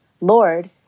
Lord